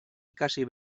ikasi